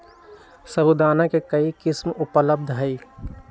साबूदाना के कई किस्म उपलब्ध हई